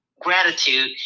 gratitude